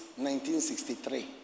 1963